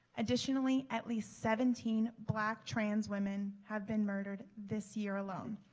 additionally at least seventeen black trans women have been murdered this year alone.